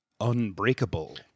Unbreakable